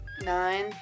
Nine